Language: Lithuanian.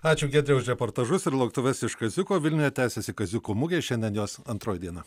ačiū giedre už reportažus ir lauktuves iš kaziuko vilniuje tęsiasi kaziuko mugė šiandien jos antroji diena